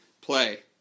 play